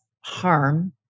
harm